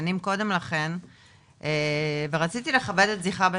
שנים קודם לכן ורציתי לכבד את זכרה,